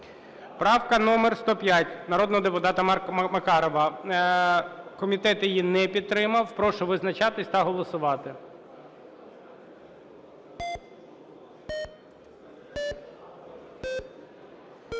Правка номер 105, народного депутата Макарова. Комітет її не підтримав. Прошу визначатись та голосувати.